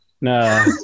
No